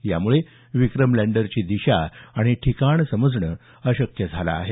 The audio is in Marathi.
यामुळे विक्रम लँडरची दिशा आणि ठिकाण समजणं अशक्य झालं आहे